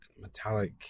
metallic